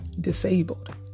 disabled